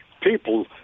people